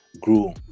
grew